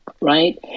Right